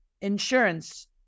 insurance